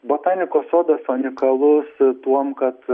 botanikos sodas unikalus tuom kad